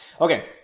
Okay